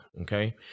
Okay